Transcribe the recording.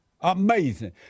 Amazing